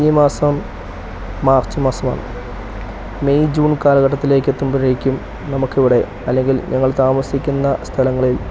ഈ മാസം മാർച്ച് മാസമാണ് മെയ് ജൂൺ കാലഘട്ടത്തിലേക്ക് എത്തുമ്പോഴേക്കും നമുക്ക് ഇവിടെ അല്ലെങ്കിൽ ഞങ്ങൾ താമസിക്കുന്ന സ്ഥലങ്ങളിൽ